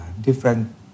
different